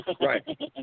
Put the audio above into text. Right